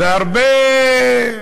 והרבה,